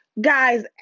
guys